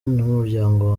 n’umuryango